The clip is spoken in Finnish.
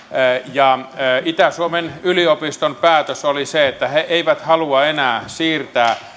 ja itä suomen yliopiston päätös oli se että he he eivät halua enää siirtää